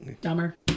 dumber